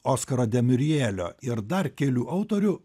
oskaro demiurjelio ir dar kelių autorių